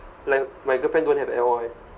like my girlfriend don't have at all eh